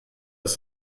ist